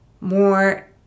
more